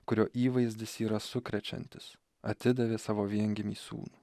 kurio įvaizdis yra sukrečiantis atidavė savo viengimį sūnų